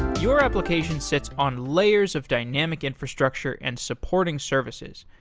your application sits on layers of dynamic infrastructure and supporting services.